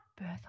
Birth